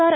R